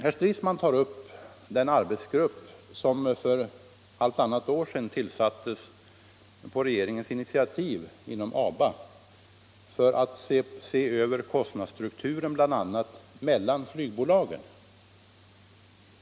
Herr Stridsman nämnde den arbetsgrupp som för halvtannat år sedan — Nr 63 tillsattes på regeringens initiativ inom ABA för att se över bl.a. kost Tisdagen den nadsstrukturen inbördes mellan flygbolagen.